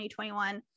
2021